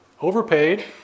Overpaid